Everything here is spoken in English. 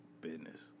business